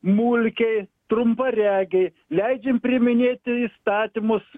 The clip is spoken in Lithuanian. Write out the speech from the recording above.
mulkiai trumparegiai leidžiam priiminėti įstatymus